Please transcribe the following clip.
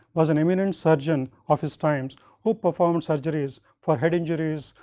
was an eminent surgeon of his times who performed surgeries for head injuries,